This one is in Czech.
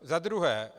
Za druhé.